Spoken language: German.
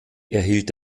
erhielt